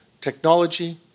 Technology